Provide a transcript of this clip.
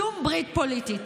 שום ברית פוליטית.